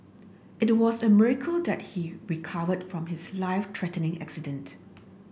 it was a miracle that he recovered from his life threatening accident